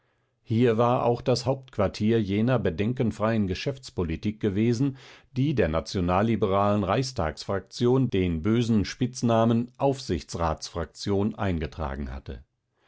hier war auch das hauptquartier jener bedenkenfreien geschäftspolitik gewesen die der nationalliberalen reichstagsfraktion den bösen spitznamen aufsichtsratsfraktion eingetragen hatte